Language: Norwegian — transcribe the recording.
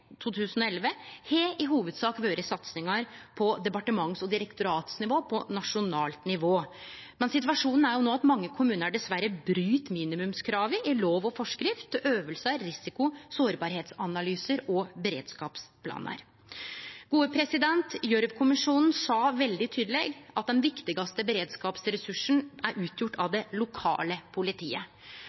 2011, har i hovudsak vore satsingar på departements- og direktoratsnivå, på nasjonalt nivå. Men situasjonen er jo no at mange kommunar dessverre bryt minimumskrava i lov og forskrift til øvingar, risiko, sårbarheitsanalysar og beredskapsplanar. Gjørv-kommisjonen sa veldig tydeleg at det er det lokale politiet som utgjer den viktigaste beredskapsressursen.